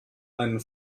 einen